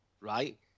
right